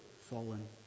fallen